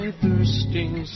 thirsting